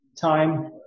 time